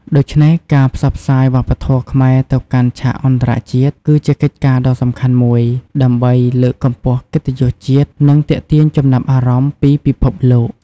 ដូច្នេះ ការផ្សព្វផ្សាយវប្បធម៌ខ្មែរទៅកាន់ឆាកអន្តរជាតិ គឺជាកិច្ចការដ៏សំខាន់មួយ ដើម្បីលើកកម្ពស់កិត្តិយសជាតិ និងទាក់ទាញចំណាប់អារម្មណ៍ពីពិភពលោក។